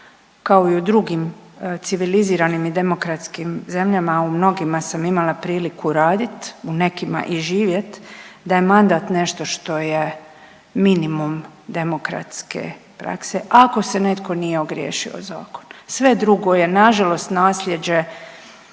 kao i u drugim civiliziranim i demokratskim zemljama, a u mnogima sam imala priliku radit u nekima i živjet da je mandat nešto što je minimum demokratske prakse, ako se netko nije ogriješio o zakon. Sve drugo je nažalost nasljeđe